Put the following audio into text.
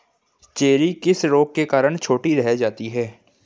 Cherry किस रोग के कारण छोटी रह जाती है?